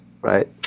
right